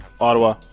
Ottawa